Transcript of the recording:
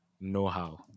know-how